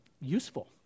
useful